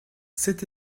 cet